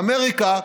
ואמריקה,